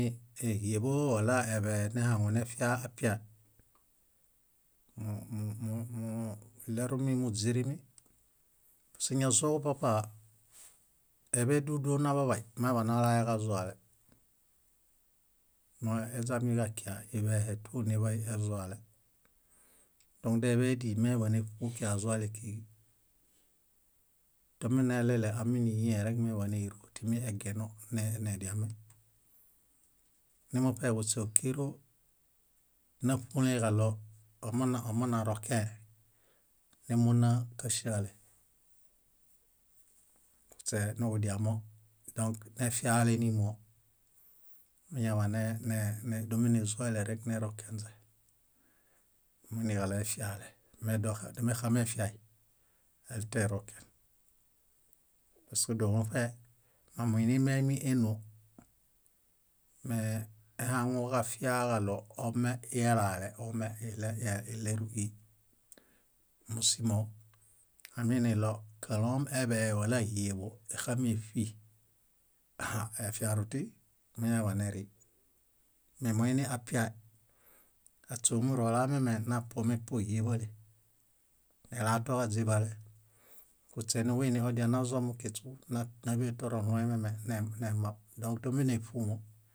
Híeḃo walaeḃe nehaŋunefia apiae, mu- mu- muuɭerumimuźirimi. Paske ñasooġupapa eḃe dúlu dúlu naḃaḃay mañadianalaeġazuale. Ñoeźamiġakia iḃehe tú niḃay ezuale. Dõk deḃedi méñaḃaneṗu kiġazuale kíġi. Tomeleɭeɭe áminiyiẽe rek éñaḃaneiro timiegeno nediami. Nimuṗe kuśe ókiro náṗulẽeġaɭo omunarokẽe, némunakaŝale. Kuśenuġudiamo dõk nefiale nímoo, meñaḃa ne- ne- dómenezualerek nerokenźe, miniġaɭoefiale. Medomexamefiai, eliteroken paske dómoṗe momuimimieimi énoo, meehaŋuġafiaġaɭo omeielale, ome íɭeruii. Mósimo aminiɭo káloom eḃe wala híeḃo, éxameṗu, ha efiaruti, meñaḃaneri. Memoiniapiae, aśe ómuro elamiamenapuomepuo híeḃale, nelatoġaźiḃale, kuśenuġuiniodianazomukiśu náḃe toronũemiame. Dõk dómeneṗumo,